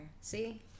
see